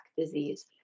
disease